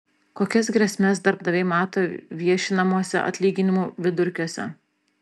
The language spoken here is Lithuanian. kokias grėsmes darbdaviai mato viešinamuose atlyginimų vidurkiuose